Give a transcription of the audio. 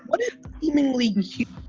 but is seemingly cute,